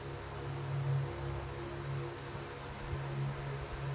ಯಾವ ಪ್ರಾಣಿಯ ಗೊಬ್ಬರದಾಗ ಸಾರಜನಕ ಮತ್ತ ಸಸ್ಯಕ್ಷಾರ ಭಾಳ ಪ್ರಮಾಣದಲ್ಲಿ ಇರುತೈತರೇ?